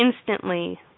instantly